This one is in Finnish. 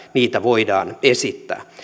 niitä voidaan esittää